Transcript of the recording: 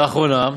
לאחרונה,